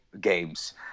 games